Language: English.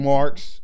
Marks